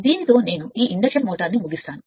దీనితో నేను ఈ ప్రేరణ యంత్రం ను మూసివేయాలి